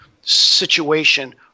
situation